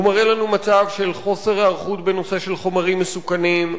הוא מראה לנו מצב של חוסר היערכות בנושא של חומרים מסוכנים,